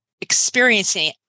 experiencing